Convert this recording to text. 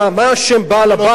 אשם בעל-הבית?